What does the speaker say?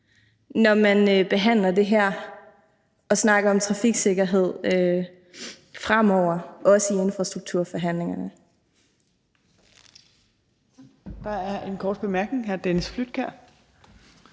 når man behandler det her emne og snakker om trafiksikkerhed fremover, også i infrastrukturforhandlingerne.